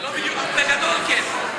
זה לא בדיוק, אבל בגדול כן.